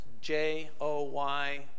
J-O-Y